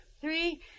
three